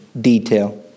detail